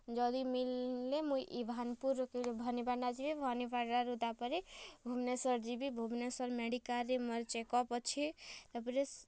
ଯଦି ମିଲଲେ ମୁଇଁ ଭାନପୁରରୁ କିନି ଭବାନୀପାଟନା ଯିମି ଭବାନିପାଟନାରୁ ତା'ପରେ ଭୁବନେଶ୍ଵର ଯିବି ଭୁବନେଶ୍ଵର ମେଡିକାଲରେ ମୋର୍ ଚେକଅପ୍ ଅଛେ ତା'ପରେ